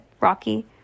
Rocky